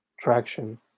traction